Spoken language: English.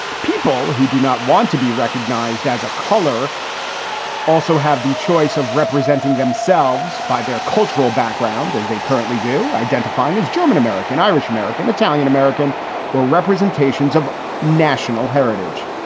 people who do not want to be recognized as a color also have the choice of representing themselves by their cultural background as they currently do, identifying as german, american, irish american, italian american or representations of national heritage.